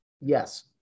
Yes